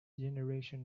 generation